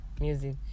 Music